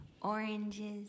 oranges